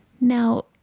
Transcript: Now